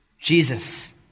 Jesus